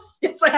yes